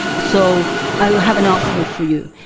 so i have an offer for you,